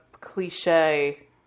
cliche